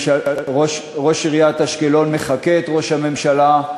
ראש עיריית אשקלון מחקה את ראש הממשלה,